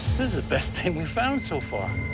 is the best thing we found so far.